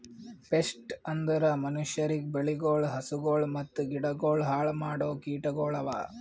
pest ಅಂದುರ್ ಮನುಷ್ಯರಿಗ್, ಬೆಳಿಗೊಳ್, ಹಸುಗೊಳ್ ಮತ್ತ ಗಿಡಗೊಳ್ ಹಾಳ್ ಮಾಡೋ ಕೀಟಗೊಳ್ ಅವಾ